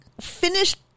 finished